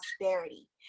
prosperity